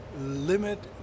limit